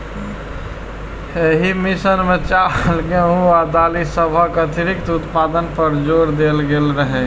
एहि मिशन मे चावल, गेहूं आ दालि सभक अतिरिक्त उत्पादन पर जोर देल गेल रहै